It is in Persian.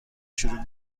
شروع